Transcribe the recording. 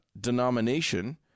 denomination